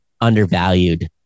undervalued